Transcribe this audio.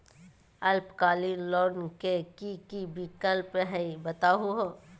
अल्पकालिक लोन के कि कि विक्लप हई बताहु हो?